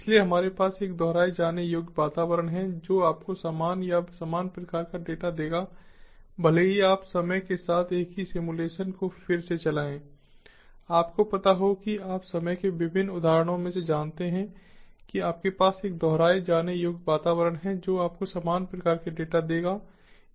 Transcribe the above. इसलिए हमारे पास एक दोहराए जाने योग्य वातावरण है जो आपको समान या समान प्रकार का डेटा देगा भले ही आप समय के साथ एक ही सिम्युलेशन को फिर से चलाएँ आपको पता हो कि आप समय के विभिन्न उदाहरणों में जानते हैं कि आपके पास एक दोहराए जाने योग्य वातावरण है जो आपको समान प्रकार के डेटा देगा